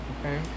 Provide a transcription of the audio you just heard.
okay